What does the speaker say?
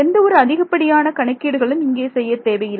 எந்த ஒரு அதிகப்படியான கணக்கீடுகளும் இங்கே செய்யத் தேவையில்லை